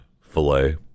filet